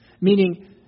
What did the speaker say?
meaning